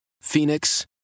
Phoenix